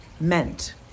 meant